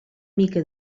mica